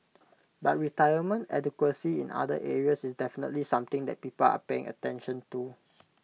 but retirement adequacy in other areas is definitely something that people are paying attention to